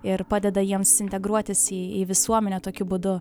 ir padeda jiems integruotis į į visuomenę tokiu būdu